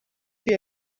für